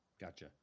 Gotcha